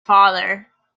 father